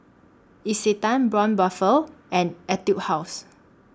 Isetan Braun Buffel and Etude House